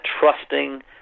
trusting